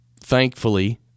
thankfully